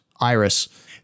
Iris